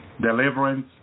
deliverance